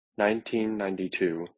1992